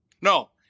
No